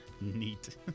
Neat